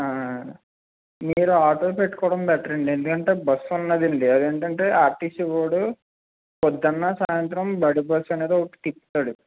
మీరు ఆటో పెట్టుకోవటం బెటర్ అండి ఎందుకంటే బస్ ఉన్నది అండి అది ఏంటంటే ఆర్టీసీ వాడు పొద్దున్న సాయంత్రం బడి బస్ అనేది ఒకటి తిప్పుతాడు